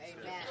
Amen